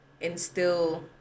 instill